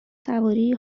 سواری